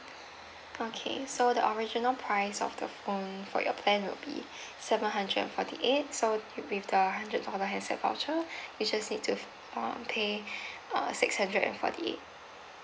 okay so the original price of the phone for your plan will be seven hundred and forty eight so with the hundred dollar handset voucher you just need to uh pay uh six hundred and forty eight